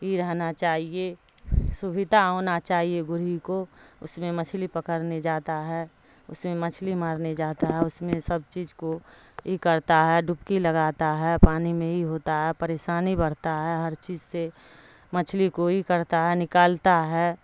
یہ رہنا چاہیے سویدھا ہونا چاہیے گورھی کو اس میں مچھلی پکڑنے جاتا ہے اس میں مچھلی مارنے جاتا ہے اس میں سب چیز کو یہ کرتا ہے ڈبکی لگاتا ہے پانی میں یہ ہوتا ہے پریشانی بڑھتا ہے ہر چیز سے مچھلی کو یہ کرتا ہے نکالتا ہے